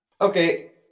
Okay